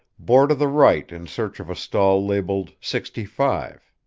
bore to the right in search of a stall labeled sixty five.